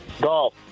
Golf